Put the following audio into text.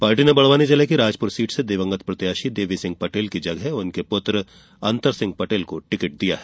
party ने बड़वानी जिले की राजप्र सीट से दिवंगत प्रत्याशी देवीसिंह पटेल की जगह उनके पूत्र अंतर पटेल को टिकट दिया है